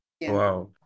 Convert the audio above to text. Wow